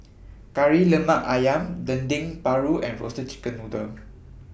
Kari Lemak Ayam Dendeng Paru and Roasted Chicken Noodle